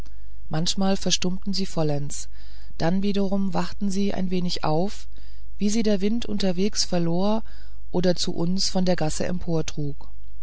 manchmal verstummten sie vollends dann wiederum wachten sie ein wenig auf wie sie der wind unterwegs verlor oder zu uns von der gasse